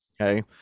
okay